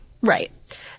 Right